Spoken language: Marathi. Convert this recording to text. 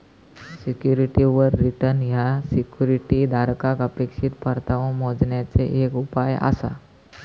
सिक्युरिटीवर रिटर्न ह्या सिक्युरिटी धारकाक अपेक्षित परतावो मोजण्याचे एक उपाय आसा